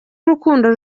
urukundo